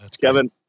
Kevin